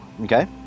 Okay